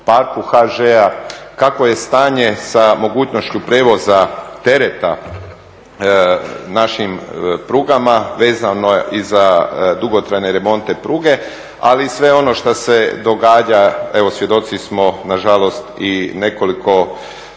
HŽ-a, kakvo je stanje sa mogućnošću prijevoza tereta našim prugama vezano i za dugotrajne remonte pruge. Ali i sve ono što se događa, evo svjedoci smo nažalost i nekoliko